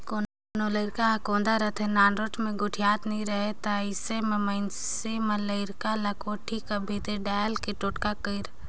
कोनो लरिका हर कोदा रहथे, नानरोट मे गोठियात नी रहें उ ता अइसे मे मइनसे मन लरिका ल कोठी कर भीतरी डाले के टोटका करय